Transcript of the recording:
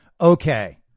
Okay